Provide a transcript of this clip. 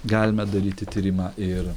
galime daryti tyrimą ir